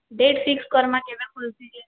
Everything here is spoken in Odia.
ଡ଼େଟ୍ ଫିକ୍ସ୍ କର୍ମା କେବେ ଖୁଲ୍ସି ଯେ